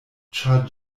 ĉar